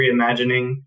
reimagining